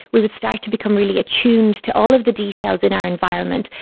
we would start to become really attuned to all of the details in our environment,